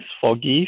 forgive